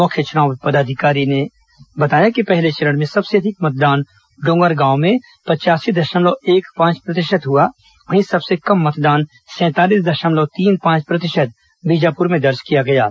मुख्य चुनाव पदाधिकारी ने बताया कि पहले चरण में सबसे अधिक मतदान डोगरगाव में पचयासी दशमलव एक पांच प्रतिशत हुआ वहीं सबसे कम मतदान सैंतालीस दशमलव तीन पांच प्रतिशत बीजापुर में दर्ज किया गया है